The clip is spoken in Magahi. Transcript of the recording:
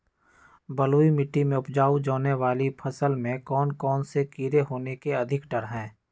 बलुई मिट्टी में उपजाय जाने वाली फसल में कौन कौन से कीड़े होने के अधिक डर हैं?